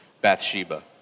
Bathsheba